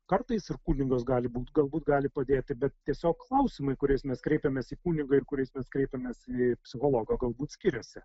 kartais ir kunigas gali būti galbūt gali padėti bet tiesiog klausimai kuriais mes kreipėmės į kunigą ir kuriais mes kreipėsi į psichologą galbūt skiriasi